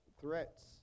threats